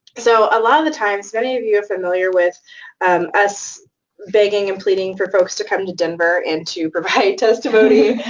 so a lot of the times, many of you are familiar with us begging and pleading for folks to come to denver and to provide testimony